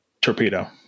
torpedo